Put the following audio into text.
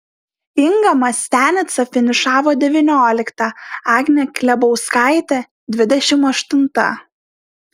inga mastianica finišavo devyniolikta agnė klebauskaitė dvidešimt aštunta